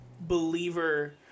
believer